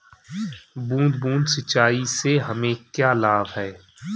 बूंद बूंद सिंचाई से हमें क्या लाभ है?